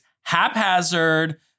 haphazard